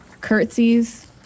curtsies